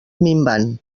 minvant